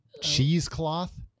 Cheesecloth